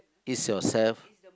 ease yourself